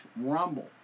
Rumble